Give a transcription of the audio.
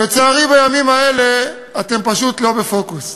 לצערי, בימים האלה אתם פשוט לא בפוקוס.